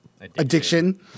addiction